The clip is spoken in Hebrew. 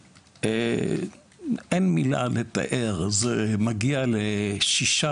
אין מילה לתאר זה מגיע ל-6,